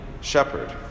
shepherd